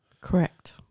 Correct